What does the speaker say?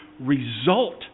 result